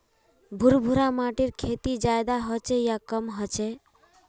भुर भुरा माटिर खेती ज्यादा होचे या कम होचए?